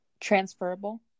transferable